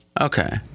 Okay